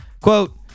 quote